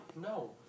No